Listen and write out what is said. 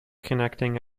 connecting